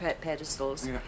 pedestals